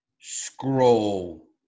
scroll